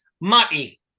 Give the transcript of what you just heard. Matty